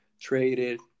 traded